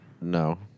No